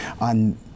on